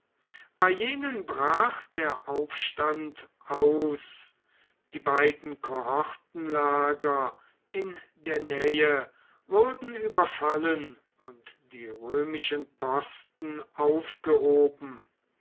bei jenen brach der aufstand aus die beiden kohortenlager in der nähe wurden überfallen und die römischen posten aufgehoben